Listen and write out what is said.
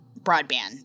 broadband